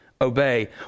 obey